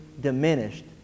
diminished